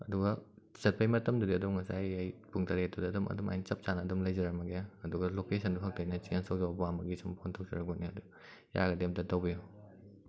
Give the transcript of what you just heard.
ꯑꯗꯨꯒ ꯆꯠꯄꯒꯤ ꯃꯇꯝꯗꯨꯗ ꯑꯗꯨꯝ ꯉꯁꯥꯏꯒꯤ ꯑꯩ ꯄꯨꯡ ꯇꯔꯦꯠꯇꯨꯗ ꯑꯗꯨꯝ ꯑꯗꯨꯃꯥꯏꯅ ꯆꯞ ꯆꯥꯅ ꯑꯗꯨꯝ ꯂꯩꯖꯔꯝꯃꯒꯦ ꯑꯗꯨꯒ ꯂꯣꯀꯦꯁꯟꯗꯨ ꯈꯛꯇ ꯑꯩꯅ ꯆꯦꯟꯁ ꯇꯧꯖꯕ ꯄꯥꯝꯕꯒꯤ ꯁꯨꯝ ꯐꯣꯟ ꯇꯧꯖꯔꯛꯄꯅꯦ ꯑꯗꯣ ꯌꯥꯔꯒꯗꯤ ꯑꯃꯨꯛꯇ ꯇꯧꯕꯤꯌꯣ